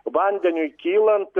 vandeniui kylant